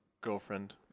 girlfriend